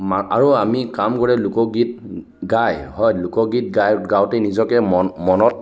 মাক আৰু আমি কাম কৰি লোকগীত গাই হয় লোকগীত গাই গাওঁতে নিজকে মন মনত